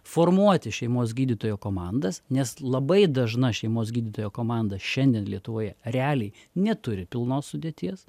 formuoti šeimos gydytojo komandas nes labai dažna šeimos gydytojo komanda šiandien lietuvoje realiai neturi pilnos sudėties